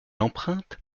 emprunte